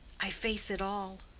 i face it all.